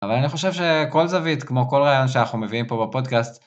אבל אני חושב שכל זווית כמו כל רעיון שאנחנו מביאים פה בפודקאסט